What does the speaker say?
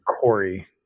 Corey